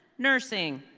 nursing.